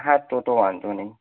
હા તો તો વાંધો નહીં